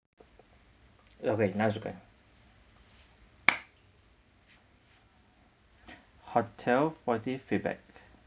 ya okay now is okay hotel positive feedback